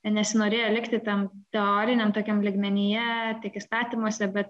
nesinorėjo likti tam teoriniam tokiam lygmenyje tik įstatymuose bet